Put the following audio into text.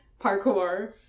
Parkour